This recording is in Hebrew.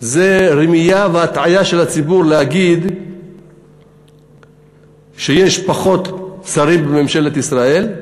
זה רמייה והטעיה של הציבור להגיד שיש פחות שרים בממשלת ישראל.